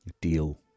deal